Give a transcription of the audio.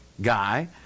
guy